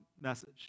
message